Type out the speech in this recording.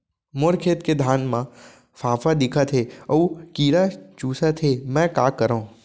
मोर खेत के धान मा फ़ांफां दिखत हे अऊ कीरा चुसत हे मैं का करंव?